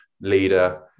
leader